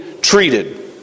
treated